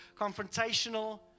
confrontational